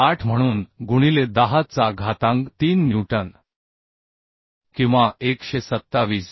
08 म्हणून गुणिले 10 चा घातांक 3 न्यूटन किंवा 127